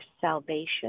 salvation